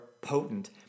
potent